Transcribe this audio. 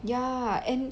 ya and